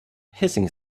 hissing